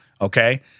Okay